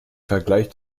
vergleich